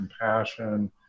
compassion